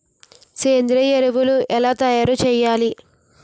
సేంద్రీయ ఎరువులు ఎలా తయారు చేయాలి?